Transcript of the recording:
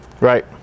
right